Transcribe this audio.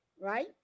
right